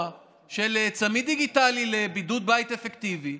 של צמיד דיגיטלי לבידוד בית אפקטיבי,